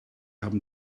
haben